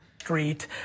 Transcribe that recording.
Street